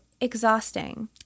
exhausting